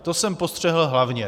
To jsem postřehl hlavně.